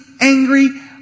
angry